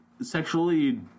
sexually